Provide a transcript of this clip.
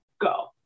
go